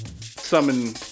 summon